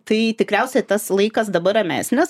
tai tikriausiai tas laikas dabar ramesnis